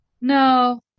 No